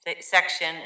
section